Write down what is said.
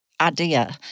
idea